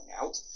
out